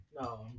No